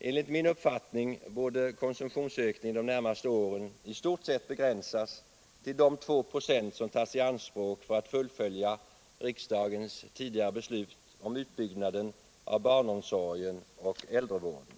Enligt min uppfattning borde konsumtionsökningen de närmaste åren i stort sett begränsas till de två procent som tas i anspråk för att fullfölja riksdagens tidigare beslut om utbyggnaden av barnomsorgen och äldrevården.